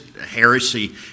heresy